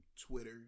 Twitter